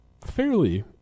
fairly